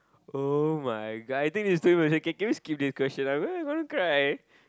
[oh]-my-god I think this is too much okay okay can we skip this question I'm really gonna cry